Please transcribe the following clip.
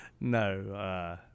no